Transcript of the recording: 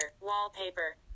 Wallpaper